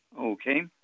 Okay